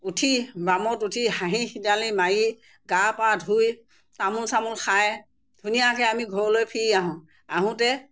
উঠি বামত উঠি হাঁহি খিকিন্দালি মাৰি গা পা ধুই তামোল চামোল খাই ধুনীয়াকৈ আমি ঘৰলৈ ফিৰি আহোঁ আহোঁতে